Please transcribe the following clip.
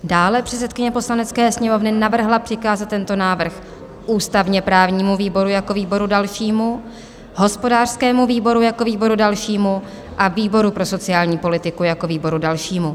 Dále předsedkyně Poslanecké sněmovny navrhla přikázat tento návrh ústavněprávnímu výboru jako výboru dalšímu, hospodářskému výboru jako výboru dalšímu a výboru pro sociální politiku jako výboru dalšímu.